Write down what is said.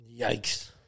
Yikes